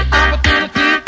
opportunity